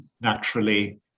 naturally